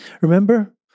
Remember